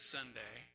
Sunday